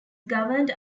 governed